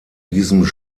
diesem